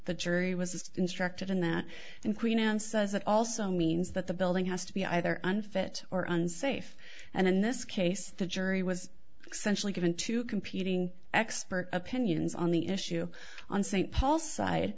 the jury was instructed in that and queen anne says it also means that the building has to be either unfit or unsafe and in this case the jury was centrally given two competing expert opinions on the issue on st paul side